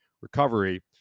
recovery